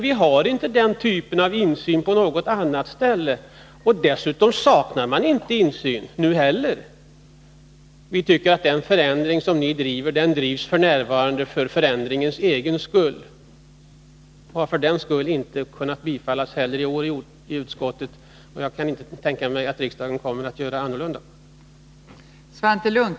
Vi tycker att de krav på förändring som ni driver f.n. drivs för förändringens egen skull. Därför har dessa krav inte heller i år kunnat biträdas av utskottsmajoriteten, och jag kan inte tänka mig att kammaren kommer att göra på annorlunda sätt.